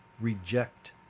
reject